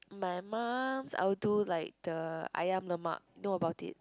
my mum's I'll do like the ayam lemak know about it